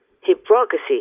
hypocrisy